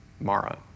Mara